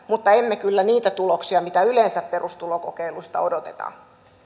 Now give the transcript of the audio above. mutta emme kyllä niitä tuloksia mitä yleensä perustulokokeilusta odotetaan